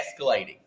escalating